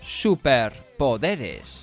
superpoderes